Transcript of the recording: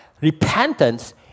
repentance